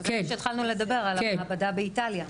התחלנו לדבר על המעבדה באיטליה.